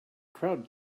crowd